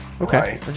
Okay